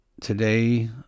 today